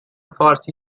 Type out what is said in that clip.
فارسی